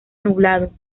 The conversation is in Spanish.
nublado